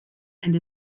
and